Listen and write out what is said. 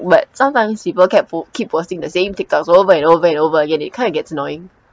but sometimes people kept po~ keep posting the same tiktoks over and over and over again it kind of gets annoying